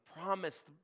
promised